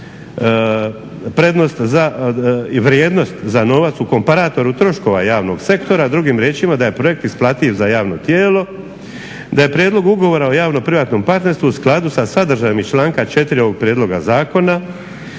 prednost i vrijednost za novac u … sektora javnog sektora, drugim riječima da je projekt isplativ za javno tijelo da je prijedlog ugovora o javno-privatnog partnerstvu u skladu sa sadržajem iz članka 4.ovog prijedloga zakona,